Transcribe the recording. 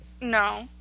No